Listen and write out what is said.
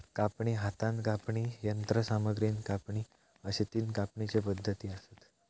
कापणी, हातान कापणी, यंत्रसामग्रीन कापणी अश्ये तीन कापणीचे पद्धती आसत